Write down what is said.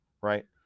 right